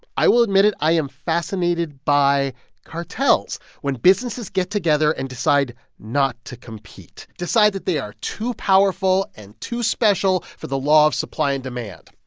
i will admit it. i am fascinated by cartels when businesses get together and decide not to compete, decide that they are too powerful and too special for the law of supply and demand,